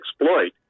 exploit